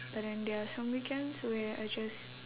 but then there are some weekends where I just